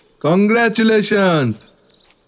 Congratulations